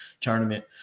tournament